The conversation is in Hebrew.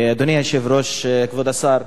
אדוני היושב-ראש, כבוד השר,